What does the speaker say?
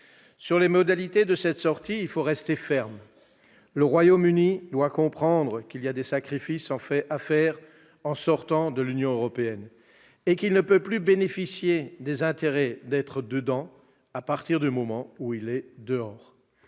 Sur les modalités de cette sortie, il faut rester ferme : le Royaume-Uni doit comprendre qu'il doit consentir des sacrifices en sortant de l'Union européenne et qu'il ne peut plus bénéficier des avantages qu'il y a à être dedans à partir du moment où il est dehors.